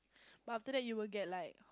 but after that you will get like